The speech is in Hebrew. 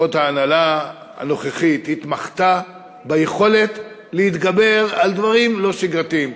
לפחות ההנהלה הנוכחית התמחתה ביכולת להתגבר על דברים לא שגרתיים,